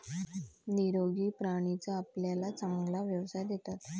निरोगी प्राणीच आपल्याला चांगला व्यवसाय देतात